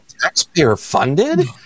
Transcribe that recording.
taxpayer-funded